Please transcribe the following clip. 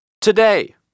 Today